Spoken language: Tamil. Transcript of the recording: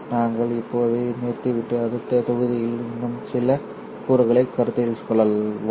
நாங்கள் இப்போது நிறுத்திவிட்டு அடுத்த தொகுதியில் இன்னும் சில கூறுகளைக் கருத்தில் கொள்வோம்